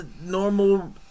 normal